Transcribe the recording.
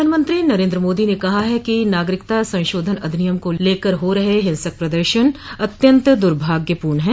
प्रधानमंत्री नरेन्द्र मोदी ने कहा है कि नागरिकता संशोधन अधिनियम को लेकर हो रहे हिंसक प्रदर्शन अत्यन्त दुर्भाग्यपूर्ण हैं